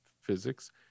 physics